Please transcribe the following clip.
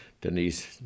Denise